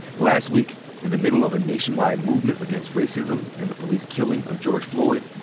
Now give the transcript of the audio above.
last week in the middle of a nationwide movement against racism and the police killing of george floyd,